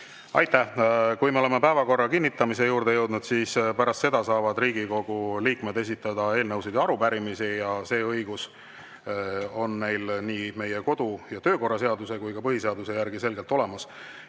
Aitäh! Kui me oleme päevakorra kinnitamise juurde jõudnud, siis pärast seda saavad Riigikogu liikmed esitada eelnõusid ja arupärimisi. See õigus on neil nii meie kodu- ja töökorra seaduse kui ka põhiseaduse järgi selgelt olemas.